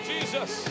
Jesus